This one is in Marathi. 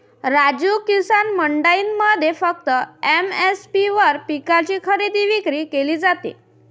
राजू, किसान मंडईमध्ये फक्त एम.एस.पी वर पिकांची खरेदी विक्री केली जाते